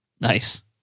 nice